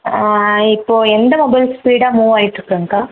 இப்போது எந்த மொபைல் ஸ்பீடாக மூவ் ஆகிட்டு இருக்குதுங்க்கா